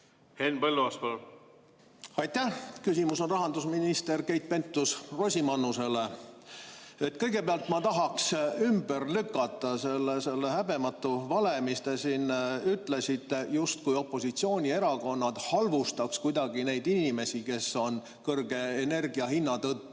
Henn Põlluaas, palun! Aitäh! Küsimus on rahandusminister Keit Pentus-Rosimannusele. Kõigepealt ma tahaks ümber lükata selle häbematu vale, mis te siin ütlesite, justkui opositsioonierakonnad halvustaks kuidagi neid inimesi, kes on kõrge energiahinna tõttu